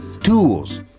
tools